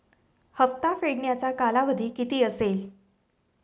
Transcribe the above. हप्ता फेडण्याचा कालावधी किती असेल?